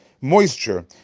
Moisture